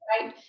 right